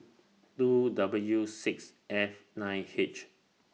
two W six F nine H